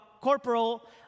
corporal